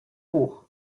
hoch